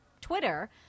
Twitter